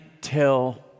tell